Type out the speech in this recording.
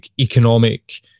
economic